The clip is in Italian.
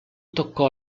toccò